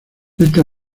esta